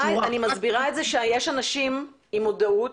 יש אנשים עם מודעות.